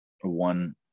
one